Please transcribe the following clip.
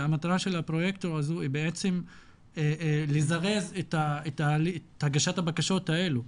שהמטרה של הפרויקטור הזה בעצם לזרז את הגשת הבקשות האלו.